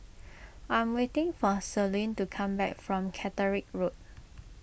I'm waiting for Celine to come back from Caterick Road